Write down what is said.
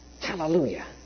Hallelujah